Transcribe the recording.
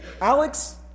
Alex